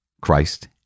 Christ